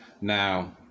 Now